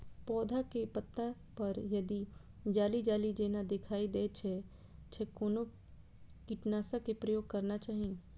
पोधा के पत्ता पर यदि जाली जाली जेना दिखाई दै छै छै कोन कीटनाशक के प्रयोग करना चाही?